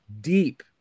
deep